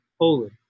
holy